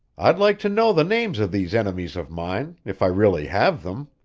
i'd like to know the names of these enemies of mine, if i really have them.